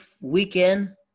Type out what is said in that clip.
weekend